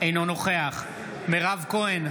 אינו נוכח מירב כהן,